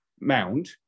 mound